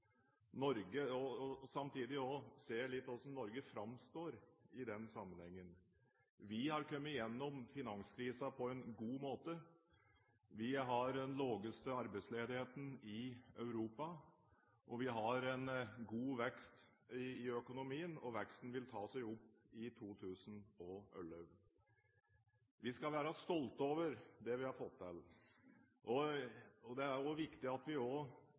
Norge framstår i den sammenhengen. Vi har kommet gjennom finanskrisen på en god måte. Vi har den laveste arbeidsledigheten i Europa. Vi har en god vekst i økonomien, og veksten vil ta seg opp i 2011. Vi skal være stolte over det vi har fått til. Det er også viktig at vi